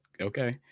Okay